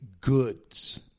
goods